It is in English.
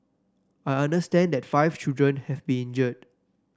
I understand that five children have been injured